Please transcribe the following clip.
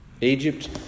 Egypt